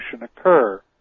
occur